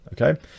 Okay